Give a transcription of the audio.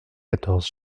quatorze